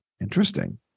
interesting